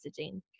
messaging